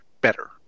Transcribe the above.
better